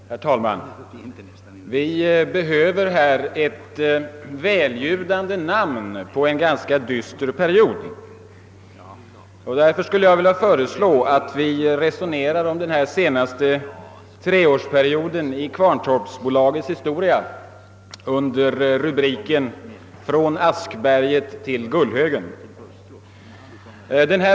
Herr talman! Vi behöver här ett välljudande namn på en ganska dyster period och därför skulle jag vilja föreslå att vi resonerar om den senaste treårsperioden i Kvarntorpsbolagets historia under rubriken »Från Askberget till Gullhögen».